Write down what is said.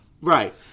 Right